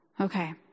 Okay